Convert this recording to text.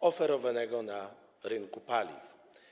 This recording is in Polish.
oferowanego na rynku paliw.